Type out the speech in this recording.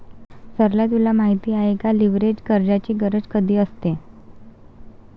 सरला तुला माहित आहे का, लीव्हरेज कर्जाची गरज कधी असते?